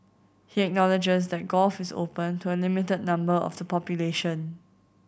he acknowledges that golf is open to a limited number of the population